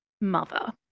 mother